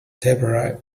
debra